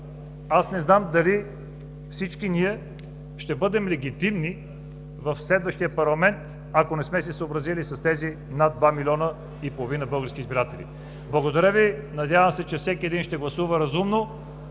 не знам дали всички ние ще бъдем легитимни в следващия парламент, ако не сме се съобразили с тези над 2,5 млн. български избиратели. Надявам се, че всеки един ще гласува разумно